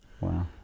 Wow